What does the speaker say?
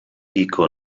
echo